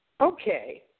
Okay